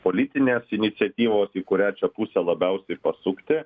politinės iniciatyvos į kurią čia pusę labiausiai pasukti